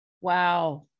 wow